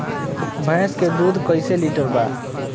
भैंस के दूध कईसे लीटर बा?